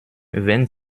wenn